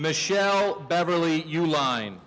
michele beverly you line